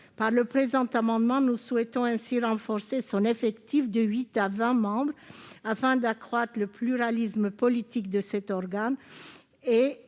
Par le présent amendement, nous souhaitons donc renforcer son effectif et le porter de huit à vingt membres, afin d'accroître le pluralisme politique de cet organe et